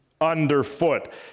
underfoot